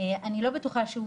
אני לא בטוחה,